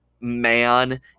man –